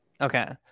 Okay